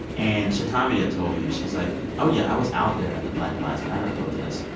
and shetamia told me, she's like, oh, yeah, i was out there at the black lives matter protests,